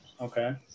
okay